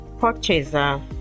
Purchaser